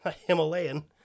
Himalayan